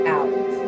out